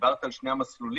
דיברת על שני המסלולים,